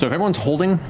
so everyone's holding,